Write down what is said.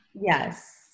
yes